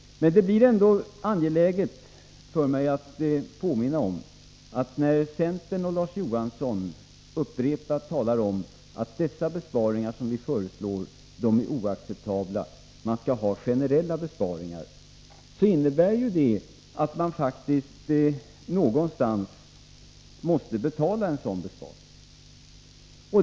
Centern och dess företrädare Larz Johansson talar hela tiden om att de besparingar vi föreslår är oacceptabla; man skall ha generella besparingar. Men någonstans måste man faktiskt då betala en sådan besparing.